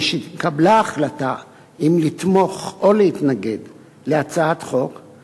משנתקבלה החלטה אם לתמוך בהצעת חוק או להתנגד לה,